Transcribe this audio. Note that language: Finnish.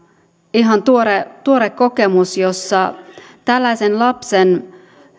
ihan tuore tuore kokemus jossa tällaisen lapsen